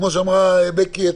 כמו שאמרה בקי.